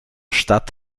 stadt